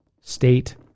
state